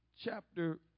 chapter